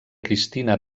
cristina